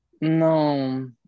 No